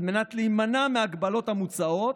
על מנת להימנע מההגבלות המוצעות,